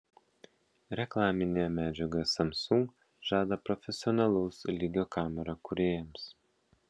reklaminėje medžiagoje samsung žada profesionalaus lygio kamerą kūrėjams